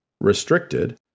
restricted